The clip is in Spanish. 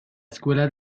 escuela